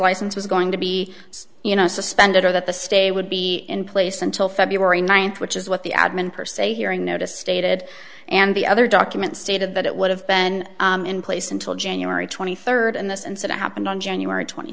license was going to be you know suspended or that the stay would be in place until february ninth which is what the admin per se hearing notice stated and the other document stated that it would have been in place until january twenty third and this incident happened on january twenty